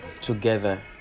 Together